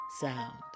sound